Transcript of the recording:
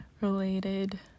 related